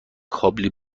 کابلی